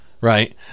Right